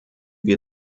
wir